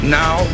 now